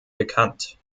bekannt